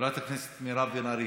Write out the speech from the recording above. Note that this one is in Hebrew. חברת הכנסת מירב בן ארי,